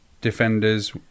defenders